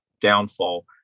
downfall